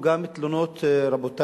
תוספת מיטות, תודה רבה.